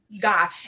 God